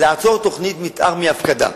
לעצור תוכנית מיתאר מהפקדה.